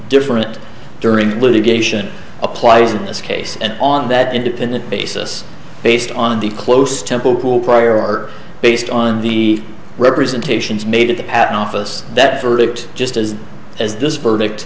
different during litigation applies in this case and on that independent basis based on the close temple pool prior based on the representations made at the patent office that verdict just as as this verdict